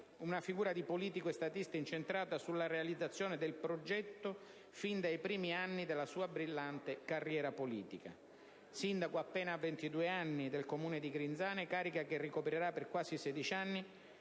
una figura di politico e statista incentrata sulla realizzazione del progetto fin dai primi anni della sua brillante carriere politica. Sindaco ad appena 22 anni del Comune di Grinzane, carica che ricoprirà per quasi 16 anni,